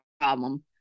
problem